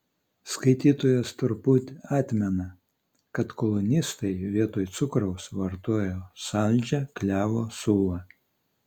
skaitytojas turbūt atmena kad kolonistai vietoj cukraus vartojo saldžią klevo sulą